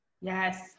Yes